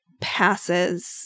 passes